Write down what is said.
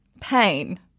Pain